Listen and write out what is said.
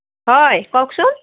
হয় কওকচোন